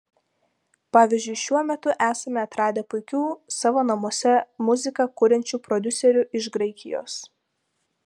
pavyzdžiui šiuo metu esame atradę puikių savo namuose muziką kuriančių prodiuserių iš graikijos